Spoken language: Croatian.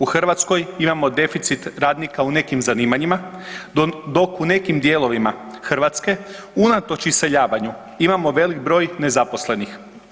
U Hrvatskoj imamo deficit radnika u nekim zanimanjima, dok u nekim dijelovima Hrvatske unatoč iseljavanju imamo velik broj nezaposlenih.